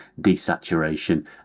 desaturation